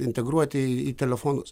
integruoti į telefonus